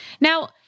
Now